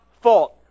fault